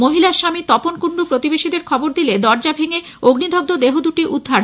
মহিলার স্বামী তপন কুন্ডু প্রতিবেশীদের খবর দিলে দরজা ভেঙে অগ্নিদগ্ধ দেহ দুটি উদ্ধার হয়